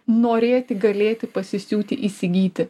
norėti galėti pasisiūti įsigyti